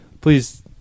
Please